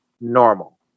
normal